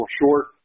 short